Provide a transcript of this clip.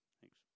Thanks